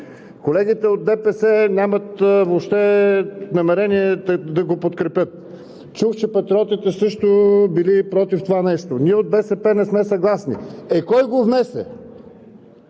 Колегите от ДПС нямат въобще намерение да го подкрепят. Чух, че Патриотите също били против това нещо. Ние от БСП не сме съгласни. Е, кой го внесе?